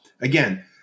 again